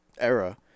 era